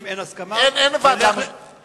אם אין הסכמה, אין ועדה משותפת.